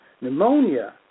pneumonia